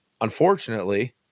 Unfortunately